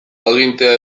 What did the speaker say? agintea